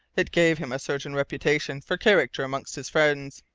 it gave him a certain reputation for character amongst his friends.